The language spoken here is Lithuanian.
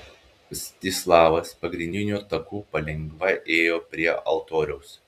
mstislavas pagrindiniu taku palengva ėjo prie altoriaus